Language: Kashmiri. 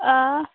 آ